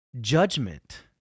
judgment